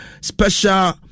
special